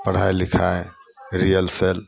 पढ़ाइ लिखाइ रिहर्सल